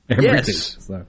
Yes